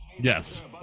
yes